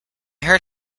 heard